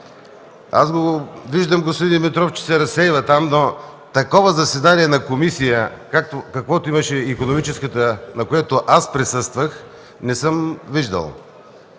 Виждам, че господин Димитров се разсейва, но такова заседание на комисия, каквото имаше Икономическата, на което аз присъствах, не съм виждал.